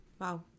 Wow